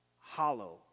hollow